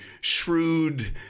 shrewd